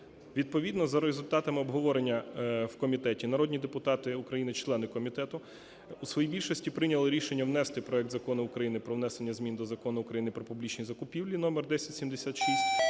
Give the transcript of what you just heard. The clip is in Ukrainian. Відповідно за результатами обговорення в комітеті народні депутати України, члени комітету, у своїй більшості прийняли рішення внести проект Закону України про внесення змін до Закону України "Про публічні закупівлі" (№ 1076),